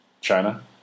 China